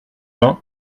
vingt